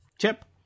chip